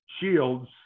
shields